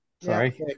Sorry